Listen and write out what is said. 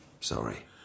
Sorry